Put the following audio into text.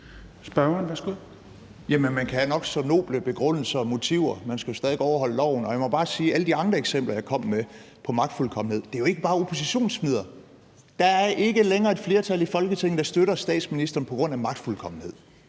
Vanopslagh (LA): Man kan have nok så noble begrundelser og motiver; man skal jo stadig væk overholde loven. Og jeg må bare sige, at alle de andre eksempler, jeg kom med, på magtfuldkommenhed, jo ikke bare er oppositionsfnidder. Der er ikke længere et flertal i Folketinget, der støtter statsministeren på grund af magtfuldkommenhed.